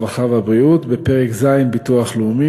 הרווחה והבריאות בפרק ז' (ביטוח לאומי),